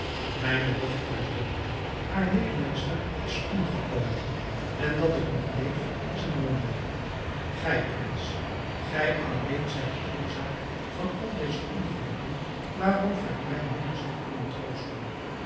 mijne dochter is dood haar leermeester is omgekomen en dat ik nog leef is een wonder gij prins gij alleen zijt oorzaak van al deze ongelukken waarover ik mij nimmer zal kunnen troosten